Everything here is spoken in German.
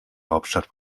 hauptstadt